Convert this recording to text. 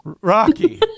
Rocky